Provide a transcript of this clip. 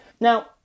Now